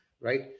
right